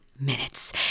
Minutes